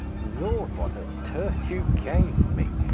lord, what a turn you gave me!